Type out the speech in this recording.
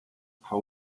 how